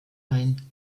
ein